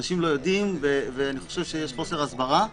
אנשים לא יודעים, ואני חושב שיש חוסר הסברה.